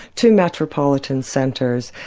to metropolitan centres,